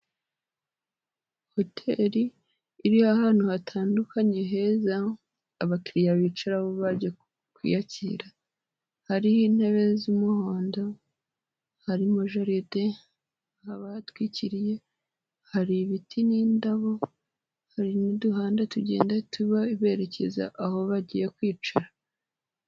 Hoteli iri ahantu hatandukanye heza abakiriya bicaraho bagiye kwiyakira, hariho intebe z'umuhondo, harimo jaride haba hatwikiriye, hari ibiti n'indabo hari n'uduhanda tugenda tuberekeza aho bagiye kwicara.